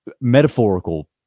metaphorical